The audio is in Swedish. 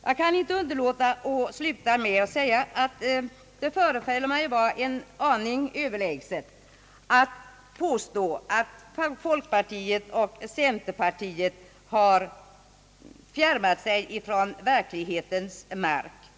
Jag kan inte underlåta att slutligen säga, att det förefaller mig vara en aning överlägset att påstå att folkpartiet och centerpartiet har fjärmat sig från verkligheten.